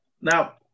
Now